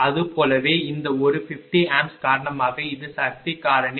அதுபோலவே இந்த ஒரு 50 A காரணமாக இது சக்தி காரணி 0